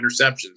interceptions